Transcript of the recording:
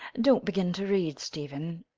don't begin to read, stephen.